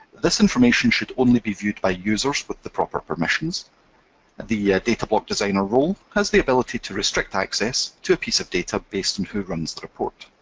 this information should only be viewed by users with the proper permissions. and the yeah datablock designer role has the ability to restrict access to a piece of data based on who runs to report.